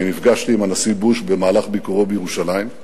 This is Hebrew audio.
נפגשתי עם הנשיא בוש במהלך ביקורו בירושלים,